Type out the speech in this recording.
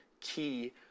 key